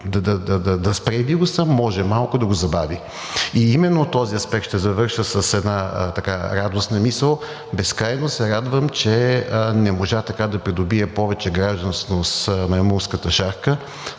да спре вируса, може малко да го забави. И именно от този аспект ще завърша с една радостна мисъл. Безкрайно се радвам, че не можа да придобие повече гражданственост „маймунската шарка“,